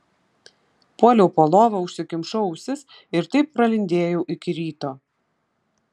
puoliau po lova užsikimšau ausis ir taip pralindėjau iki ryto